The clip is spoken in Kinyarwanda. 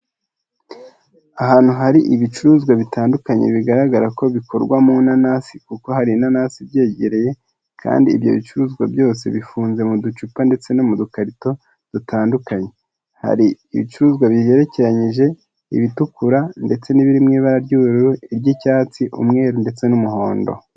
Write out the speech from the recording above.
Ahantu hari ibicuruzwa bitandukanye bigaragara ko bikorwa mu nanasi kuko hari nanasi ibyegereye kandi ibyo bicuruzwa byose bifunze mu ducupa ndetse no mu dukarito dutandukanye. Hari ibicuruzwa bigerekenyije, ibitukura ndetse n'ibiri mu ibara ry'ubururu, iry'icyatsi, umweru ndetse n'umuhondo.